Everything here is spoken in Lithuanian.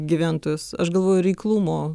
gyventojus aš galvoju reiklumo